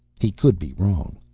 he could be wrong.